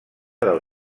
del